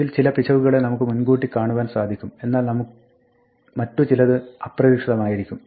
ഇതിൽ ചില പിശകുകളെ നമുക്ക് മുൻകൂട്ടി കാണുവാൻ സാധിക്കും എന്നാൽ മറ്റുചിലത് അപ്രതീക്ഷിതമായിരിക്കും